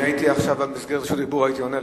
אם הייתי עכשיו במסגרת רשות דיבור הייתי עונה לו.